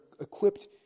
equipped